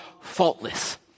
faultless